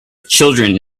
children